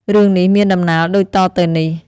រឿងនេះមានដំណាលដូចតទៅនេះ។